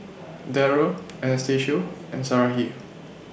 Darrell Anastacio and Sarahi